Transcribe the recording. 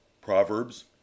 Proverbs